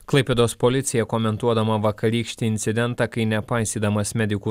klaipėdos policija komentuodama vakarykštį incidentą kai nepaisydamas medikų